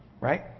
Right